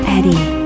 Eddie